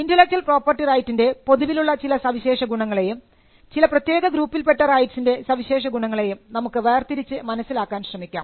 intellectual property റൈറ്റിൻറെ പൊതുവിലുള്ള ചില സവിശേഷ ഗുണങ്ങളെയും ചില പ്രത്യേക ഗ്രൂപ്പിൽപ്പെട്ട റൈറ്റ്സിൻറെ സവിശേഷ ഗുണങ്ങളെയും നമുക്ക് വേർതിരിച്ചു മനസ്സിലാക്കാൻ ശ്രമിക്കാം